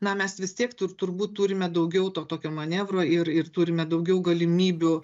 na mes vis tiek turbūt turime daugiau to tokio manevro ir ir turime daugiau galimybių